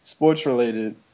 Sports-related